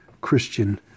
Christian